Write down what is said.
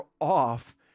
off